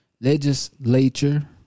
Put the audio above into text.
Legislature